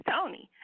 Tony